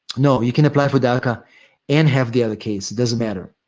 no, you can apply for daca and have the other case, doesn't matter.